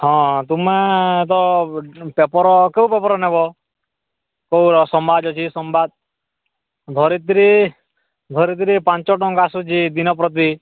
ହଁ ତୁମେ ତ ପେପର୍ କେଉଁ ପେପର୍ ନେବ ସମାଜ ଅଛି ସମ୍ବାଦ ଅଛି ଧରିତ୍ରୀ ଧରିତ୍ରୀ ପାଞ୍ଚଟଙ୍କା ଆସୁଛି ଦିନ ପ୍ରତି